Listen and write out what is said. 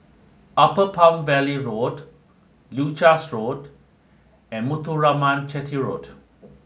Upper Palm Valley Road Leuchars Road and Muthuraman Chetty Road